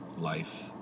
life